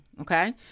Okay